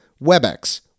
Webex